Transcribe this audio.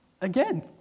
again